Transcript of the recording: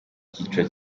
cyiciro